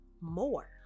more